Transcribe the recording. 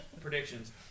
Predictions